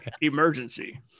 Emergency